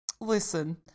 listen